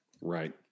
Right